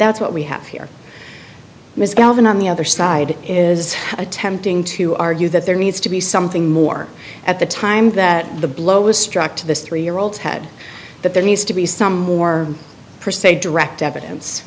that's what we have here mr galvin on the other side is attempting to argue that there needs to be something more at the time that the blow was struck to this three year old's head that there needs to be some more per se direct evidence